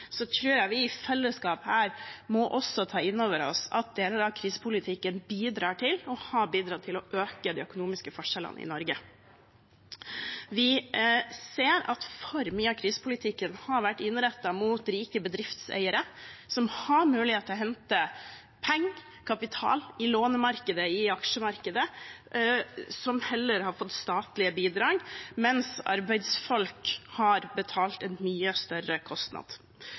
jeg vi i fellesskap her også må ta inn over oss at deler av krisepolitikken bidrar til – og har bidratt til – å øke de økonomiske forskjellene i Norge. Vi ser at for mye av krisepolitikken har vært innrettet mot rike bedriftseiere som har mulighet til å hente penger, kapital, i lånemarkedet, i aksjemarkedet, som heller har fått statlige bidrag, mens arbeidsfolk har betalt en mye høyere kostnad.